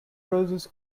roses